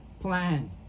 plan